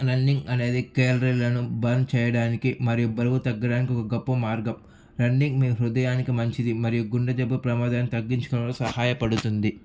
running అనేది క్యాలరీలను burn చేయడానికి మరియు బరువు తగ్గడానికి ఒక గొప్ప మార్గం రన్నింగ్ మీ హృదయానికి మంచిది మరియు గుండె జబ్బు ప్రమాదాన్ని తగ్గించుకోవడంలో సహాయపడుతుంది